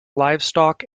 livestock